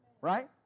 Right